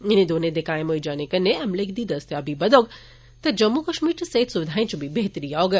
इनें दौनें दे कायम होई जाने कन्नै अमले दी दस्तेयाबी बदौग ते जम्मू कश्मीर च सेहत स्विधाएं च बेहतरी औग